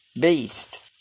beast